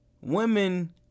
Women